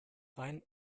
rein